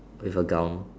with a ground